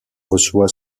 reçoit